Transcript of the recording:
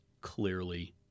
clearly